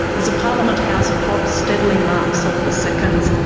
as a parliament house clock steadily marks off the seconds,